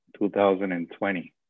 2020